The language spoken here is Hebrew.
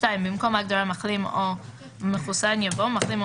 " במקום ההגדרה "מחלים או מחוסן" יבוא: ""מחלים או